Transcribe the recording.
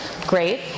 Great